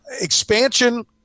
expansion